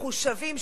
מחושבים,